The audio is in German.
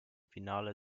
finale